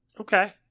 Okay